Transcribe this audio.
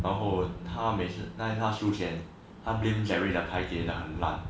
然后他每次他输钱他 blame jerry 给他的牌很烂